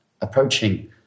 approaching